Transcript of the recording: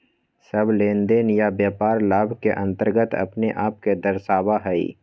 सब लेनदेन या व्यापार लाभ के अन्तर्गत अपने आप के दर्शावा हई